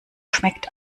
schmeckt